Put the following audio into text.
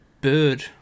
bird